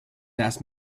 asked